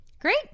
Great